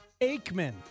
Aikman